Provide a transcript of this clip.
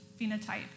phenotype